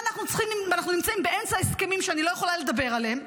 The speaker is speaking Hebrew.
ואנחנו נמצאים באמצע הסכמים שאני לא יכולה לדבר עליהם,